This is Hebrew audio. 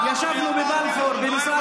חברים, אנחנו רוצים לחזור לסדר-היום.